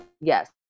yes